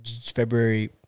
February